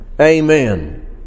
Amen